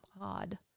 odd